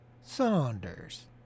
Saunders